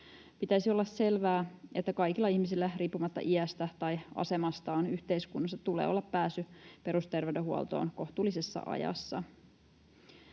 Pitäisi olla selvää, että kaikilla ihmisillä riippumatta iästä tai asemastaan yhteiskunnassa tulee olla pääsy perusterveydenhuoltoon kohtuullisessa ajassa.